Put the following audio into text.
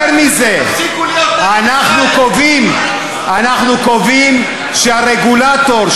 אנחנו קובעים שהרגולטור,